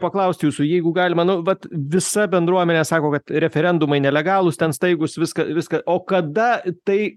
paklaust jūsų jeigu galima nu vat visa bendruomenė sako kad referendumai nelegalūs ten staigūs viską viską o kada tai